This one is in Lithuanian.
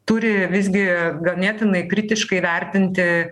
turi visgi ganėtinai kritiškai vertinti